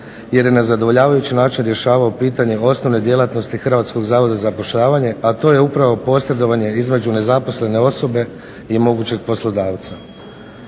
jer je na zadovoljavajući način rješavao pitanje osnovne djelatnosti Hrvatskog zavoda za zapošljavanje, a to je upravo posredovanje između nezaposlene osobe i mogućeg poslodavca.